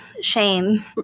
shame